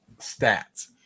stats